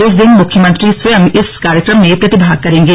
इस दिन मुख्यमंत्री स्वयं इस कार्यक्रम में प्रतिभाग करेंगे